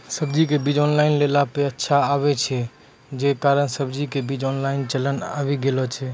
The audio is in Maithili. सब्जी के बीज ऑनलाइन लेला पे अच्छा आवे छै, जे कारण सब्जी के बीज ऑनलाइन चलन आवी गेलौ छै?